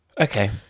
Okay